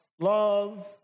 love